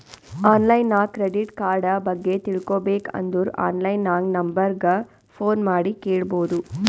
online ನಾಗ್ credit card ಬಗ್ಗೆ ತಿಳ್ಕೋಬೇಕ್ ಅಂದುರ್ ಆನ್ಲೈನ್ ನಾಗ್ ನಂಬರ್ ಗ ಫೋನ್ ಮಾಡಿ ಕೇಳ್ಬೋದು